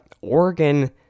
Oregon